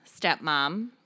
stepmom